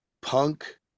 punk